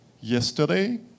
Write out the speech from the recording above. yesterday